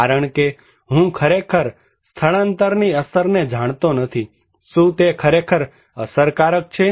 કારણકે હું ખરેખર સ્થળાંતરની અસરને જાણતો નથી શું તે ખરેખર અસરકારક છે